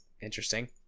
interesting